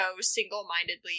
single-mindedly